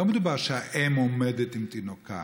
לא מדובר בכך שהאם עומדת עם תינוקה,